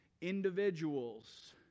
individuals